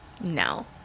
No